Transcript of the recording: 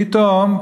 פתאום,